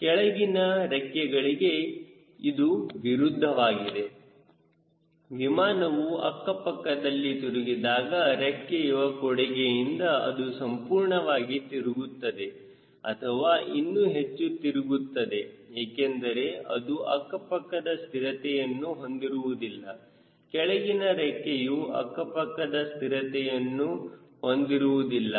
ಕೆಳಗಿನ ರೆಕ್ಕೆಗಳಿಗೆ ಇದು ವಿರುದ್ಧವಾಗಿದೆ ವಿಮಾನವು ಅಕ್ಕಪಕ್ಕದಲ್ಲಿ ತಿರುಗಿದಾಗ ರೆಕ್ಕೆಯ ಕೊಡುಗೆಯಿಂದ ಅದು ಸಂಪೂರ್ಣವಾಗಿ ತಿರುಗುತ್ತದೆ ಅಥವಾ ಇನ್ನೂ ಹೆಚ್ಚು ತಿರುಗುತ್ತದೆ ಏಕೆಂದರೆ ಅದು ಅಕ್ಕಪಕ್ಕದ ಸ್ಥಿರತೆಯನ್ನು ಹೊಂದಿರುವುದಿಲ್ಲ ಕೆಳಗಿನ ರೆಕ್ಕೆಯು ಅಕ್ಕಪಕ್ಕದ ಸ್ಥಿರತೆಯನ್ನು ಹೊಂದಿರುವುದಿಲ್ಲ